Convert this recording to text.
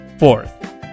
Fourth